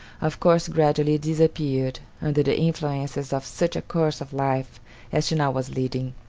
of course gradually disappeared under the influences of such a course of life as she now was leading.